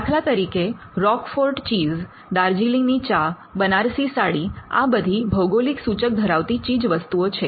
દાખલા તરીકે Roquefort cheese દાર્જીલિંગની ચા બનારસી સાડી આ બધી ભૌગોલિક સૂચક ધરાવતી ચીજવસ્તુઓ છે